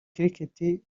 cricket